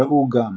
ראו גם